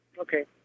Okay